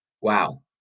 wow